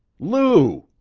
lou!